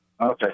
Okay